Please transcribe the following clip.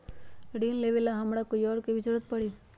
ऋन लेबेला हमरा कोई और के भी जरूरत परी?